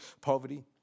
poverty